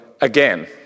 again